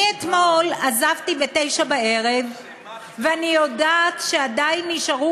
אני אתמול עזבתי ב-21:00 ואני יודעת שעדיין נשארו